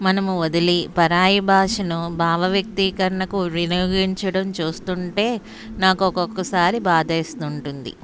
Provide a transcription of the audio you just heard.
మనము వదిలి పరాయి భాషను భావవ్యక్తీకరణకు వినియోగించడం చూస్తుంటే నాకు ఒక్కొక్కసారి బాధేస్తుంటుంది